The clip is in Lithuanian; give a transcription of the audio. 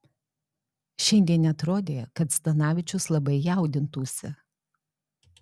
šiandien neatrodė kad zdanavičius labai jaudintųsi